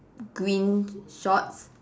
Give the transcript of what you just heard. green shorts